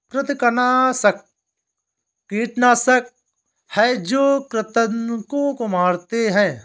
कृंतकनाशक कीटनाशक हैं जो कृन्तकों को मारते हैं